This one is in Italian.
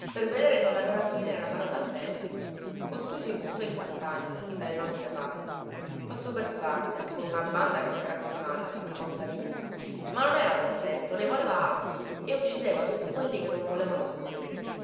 per vedere se la carabina era parata bene costui si buttò in campagna dalle nostre parti passò per farnia con una banda che sera formata di contadini ma non era contento ne voleva altri e uccideva tutti quelli che non volevano seguirlo